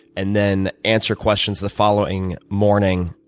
and then answer questions the following morning,